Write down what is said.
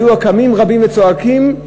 היו קמים רבים וצועקים,